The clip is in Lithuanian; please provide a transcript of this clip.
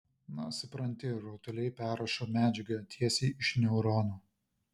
na supranti rutuliai perrašo medžiagą tiesiai iš neuronų